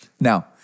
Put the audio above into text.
Now